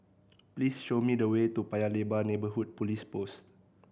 please show me the way to Paya Lebar Neighbourhood Police Post